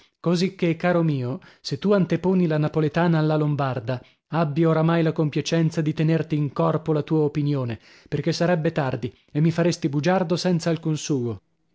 cosicchè caro mio se tu anteponi la napoletana alla lombarda abbi oramai la compiacenza di tenerti in corpo la tua opinione perchè sarebbe tardi e mi faresti bugiardo senza alcun sugo